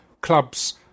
clubs